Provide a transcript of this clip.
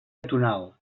tonal